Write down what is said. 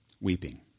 weeping